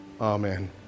Amen